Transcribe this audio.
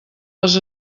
les